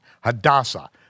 Hadassah